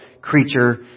creature